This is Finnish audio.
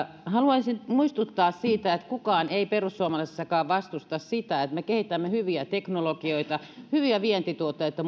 haluaisin muistuttaa siitä että kukaan ei perussuomalaisissakaan vastusta sitä että me kehitämme hyviä teknologioita hyviä vientituotteita